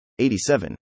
87